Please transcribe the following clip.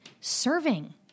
serving